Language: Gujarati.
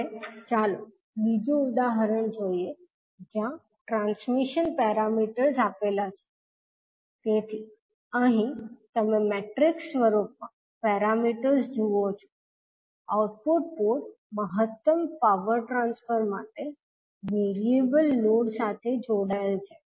હવે ચાલો બીજું ઉદાહરણ જોઈએ જ્યાં ટ્રાન્સમિશન પેરામીટર્સ આપેલા છે તેથી અહીં તમે મેટ્રિક્સ સ્વરૂપમાં પેરામીટર્સ જુઓ છો આઉટપુટ પોર્ટ મહત્તમ પાવર ટ્રાન્સફર માટે વેરીએબલ લોડ સાથે જોડાયેલ છે